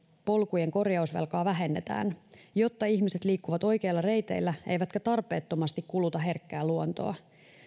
polkujen korjausvelkaa vähennetään jotta ihmiset liikkuvat oikeilla reiteillä eivätkä tarpeettomasti kuluta herkkää luontoa